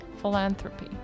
philanthropy